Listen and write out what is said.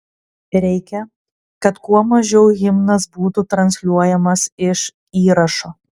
reikia kad kuo mažiau himnas būtų transliuojamas iš įrašo